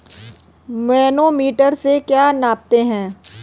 Manometer से क्या नापते हैं?